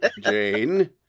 Jane